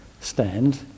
stand